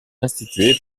institué